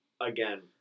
Again